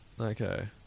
okay